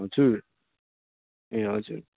हजुर ए हजुर